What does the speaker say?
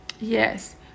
Yes